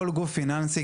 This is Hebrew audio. כל גוף פיננסי,